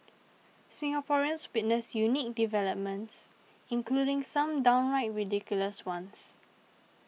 Singaporeans witnessed unique developments including some downright ridiculous ones